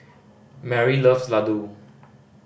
Mary loves Ladoo